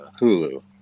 Hulu